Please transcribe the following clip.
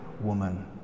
woman